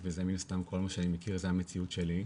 וזה מן הסתם כל מה שאני מכיר זה המציאות שלי,